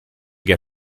get